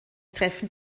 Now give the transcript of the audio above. treffen